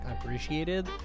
appreciated